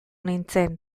nintzen